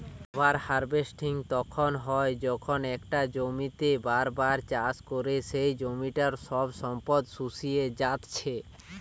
over harvesting তখন হয় যখন একটা জমিতেই বার বার চাষ করে সেই জমিটার সব সম্পদ শুষিয়ে জাত্ছে